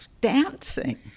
dancing